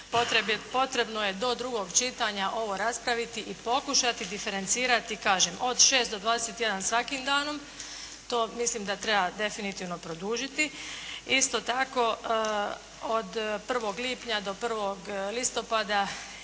potrebno je do drugog čitanja ovo raspraviti i pokušati diferencirati i kažem od 6 do 21 sat svakim danom, to mislim da treba definitivno produžiti. Isto tako od 1. lipnja do 1. listopada